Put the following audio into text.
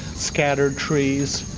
scattered trees,